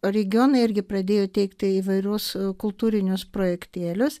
o regionai irgi pradėjo teikti įvairius kultūrinius projektėlius